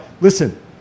listen